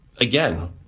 Again